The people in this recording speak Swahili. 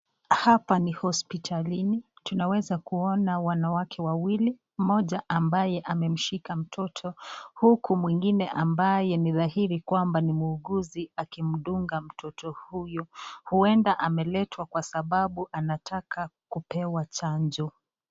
Hapa ni hospitalini. Tunaweza kuona wanawake wawili, mmoja ambaye amemshika mtoto, huku mwingine ambaye ni dhahiri kwamba ni muuguzi akimdunga mtoto huyu. Huenda ameletwa kwa sababu anataka kupewa chanjo.